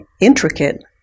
intricate